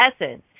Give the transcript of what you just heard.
essence